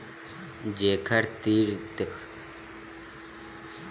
जेखर तीर पइसा रहिथे तेखर बिकट संगी साथी फेर ओखर आवक ह बंद होइस ताहले कोनो ओखर तीर झुमय घलोक नइ